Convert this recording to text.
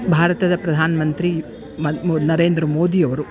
ಭಾರತದ ಪ್ರಧಾನ ಮಂತ್ರಿ ಮ ಮೊ ನರೇಂದ್ರ ಮೋದಿಯವರು